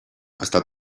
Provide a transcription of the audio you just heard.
està